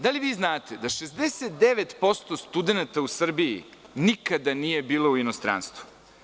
Da li vi znate da 69% studenata u Srbiji nikada nije bilo u inostranstvu?